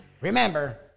remember